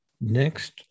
Next